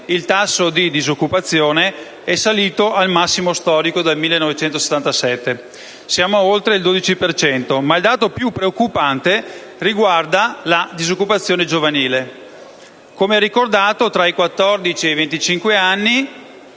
il tasso di disoccupazione è salito al massimo storico dal 1977: siamo ad oltre il 12 per cento. Ma il dato più preoccupante riguarda la disoccupazione giovanile. Come ricordato, tra i 14 e i 25 anni